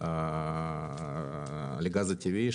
לגז הטבעי.